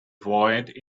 void